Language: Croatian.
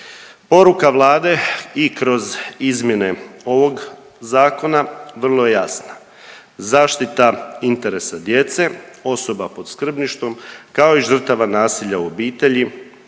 Poruka Vlade i kroz izmjene ovog zakona vrlo je jasna. Zaštita interesa djece, osoba pod skrbništvom kao i žrtava nasilja u obitelji